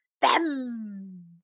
bam